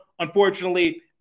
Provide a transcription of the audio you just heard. Unfortunately